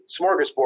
smorgasbord